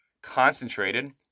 concentrated